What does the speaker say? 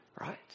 Right